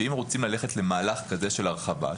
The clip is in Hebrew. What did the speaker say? שאם רוצים ללכת למהלך כזה של הרחבה,